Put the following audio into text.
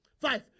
five